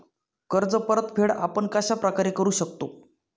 कर्ज परतफेड आपण कश्या प्रकारे करु शकतो?